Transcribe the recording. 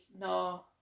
no